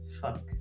Fuck